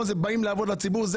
שאנחנו באים לעבוד בשביל הציבור,